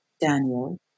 Daniel